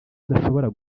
udashobora